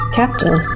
captain